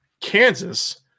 Kansas